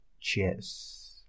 Cheers